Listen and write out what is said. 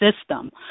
system